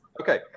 Okay